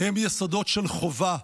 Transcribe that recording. הם יסודות של חובה.